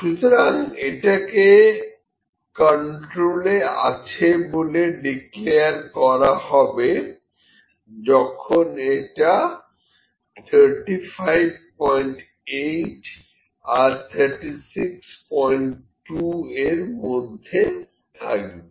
সুতরাং এটাকে কন্ট্রোলে আছে বলে ডিক্লেয়ার করা হবে যখন এটা 358 আর 362 এর মধ্যে থাকবে